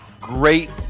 great